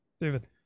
David